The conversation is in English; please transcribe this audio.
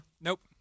Nope